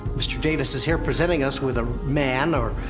mr. davis is here presenting us with a man or,